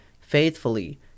faithfully